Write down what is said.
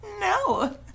no